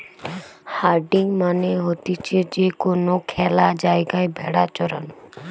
herding মানে হতিছে যে কোনো খ্যালা জায়গায় ভেড়া চরানো